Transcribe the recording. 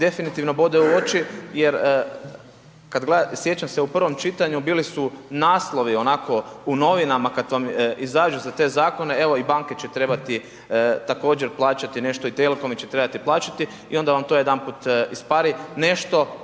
definitivno bode u oči jer kad gledate, sjećam se u prvom čitanju bili su naslovi onako u novinama kad vam izađu za te zakone, evo i banke će trebati također plaćati nešto i telekomi će trebati plaćati i onda vam to jedanput ispari nešto